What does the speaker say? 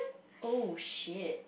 oh shit